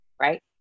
right